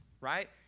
right